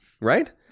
right